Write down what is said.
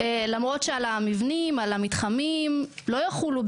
למרות שעל המבנים ועל המתחמים הם לא יחולו,